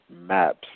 maps